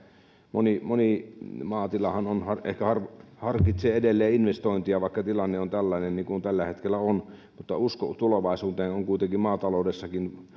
moni moni maatilahan ehkä harkitsee edelleen investointia vaikka tilanne on tällainen kuin tällä hetkellä on usko tulevaisuuteen on kuitenkin maataloudessakin